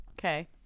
Okay